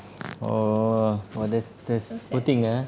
oh !wah! that that's poor thing ah